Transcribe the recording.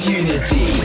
unity